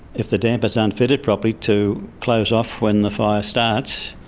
if the dampers aren't fitted property to close off when the fire starts,